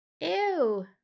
ew